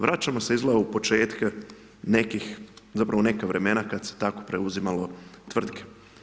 Vraćamo se izgleda u početke nekih, zapravo neka vremena kad se tako preuzimalo tvrtke.